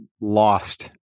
lost